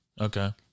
Okay